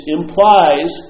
implies